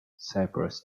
cypress